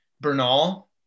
Bernal